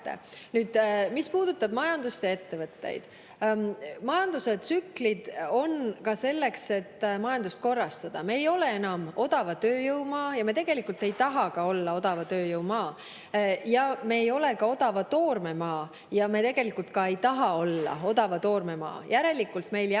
Mis puudutab majandust ja ettevõtteid, siis majanduse tsüklid on ka selleks, et majandust korrastada. Me ei ole enam odava tööjõu maa ja me tegelikult ei taha olla odava tööjõu maa. Me ei ole ka odava toorme maa ja me tegelikult ka ei taha olla odava toorme maa. Järelikult meile jääb ainult